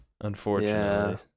Unfortunately